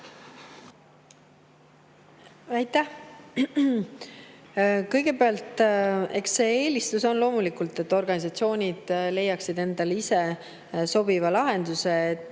Aitäh! Kõigepealt, eks eelistus on loomulikult see, et organisatsioonid leiaksid endale ise sobiva lahenduse.